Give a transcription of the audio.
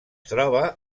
troba